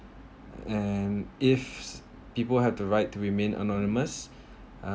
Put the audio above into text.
and if s~ people have the right to remain anonymous uh